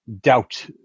doubt